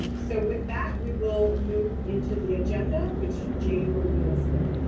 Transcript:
so with that, we will move into the agenda, which jane will lead us on.